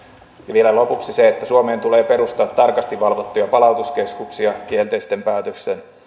vielä lopuksi suomeen tulee perustaa tarkasti valvottuja palautuskeskuksia kielteisen päätöksen